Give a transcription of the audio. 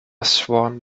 swan